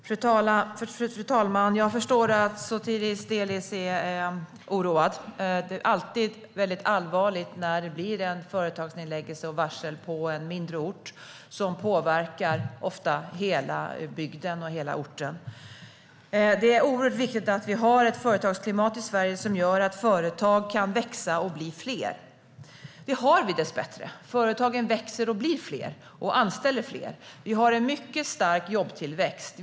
Fru talman! Jag förstår att Sotiris Delis är oroad. Det är alltid allvarligt när det blir en företagsnedläggelse och varsel på en mindre ort, och det påverkar ofta hela bygden. Det är oerhört viktigt att vi har ett företagsklimat i Sverige som gör att företag kan växa och bli fler. Det har vi dessbättre. Företagen växer och blir fler och anställer fler. Vi har en mycket stark jobbtillväxt.